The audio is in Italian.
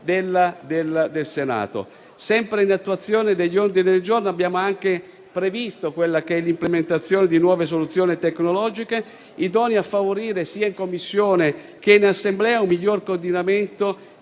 il Senato. Sempre in attuazione degli ordini del giorno, abbiamo previsto l'implementazione di nuove soluzioni tecnologiche idonee a favorire sia in Commissione, che in Assemblea un miglior coordinamento